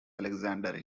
alexander